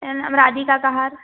मेरा नाम राधिका कहार